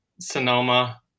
Sonoma